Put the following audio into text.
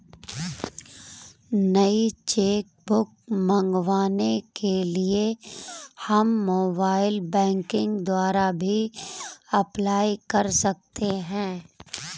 नई cheque book मंगवाने के लिए हम मोबाइल बैंकिंग द्वारा भी अप्लाई कर सकते है